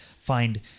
find